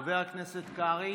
חבר הכנסת קרעי,